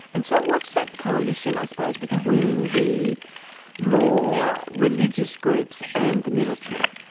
and so what's that coalition, i suppose, between the more religious groups and the military?